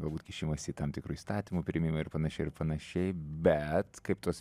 galbūt kišimąsi į tam tikrų įstatymų priėmimą ir panašiai ir panašiai bet kaip tos